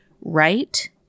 right